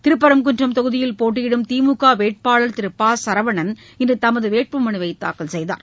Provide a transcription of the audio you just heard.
திருப்பரங்குன்றம் தொகுதியில் போட்டியிடும் திமுக வேட்பாளர் திரு ப சரவணன் இன்று தமது வேட்புமனுவை தாக்கல் செய்தார்